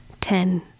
Ten